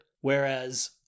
whereas